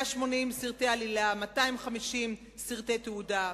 180 סרטי עלילה ו-250 סרטי תעודה.